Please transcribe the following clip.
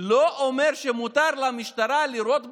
לא אומר שמותר למשטרה לירות באנשים.